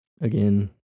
Again